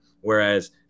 whereas